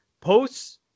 posts